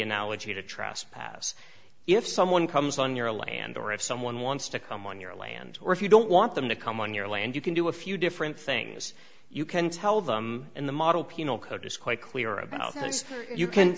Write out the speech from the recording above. analogy to trespass if someone comes on your land or if someone wants to come on your land or if you don't want them to come on your land you can do a few different things you can tell them in the model penal code is quite clear about